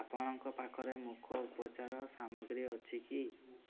ଆପଣଙ୍କ ପାଖରେ ମୁଖ ଉପଚାର ସାମଗ୍ରୀ ଅଛି କି